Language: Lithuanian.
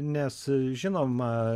nes žinoma